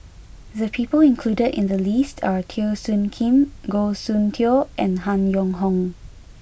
the people included in the list are Teo Soon Kim Goh Soon Tioe and Han Yong Hong